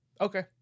Okay